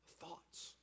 thoughts